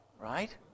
right